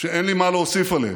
שאין לי מה להוסיף עליהם,